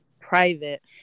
private